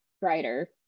brighter